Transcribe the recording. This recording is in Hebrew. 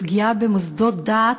והפגיעה במוסדות דת.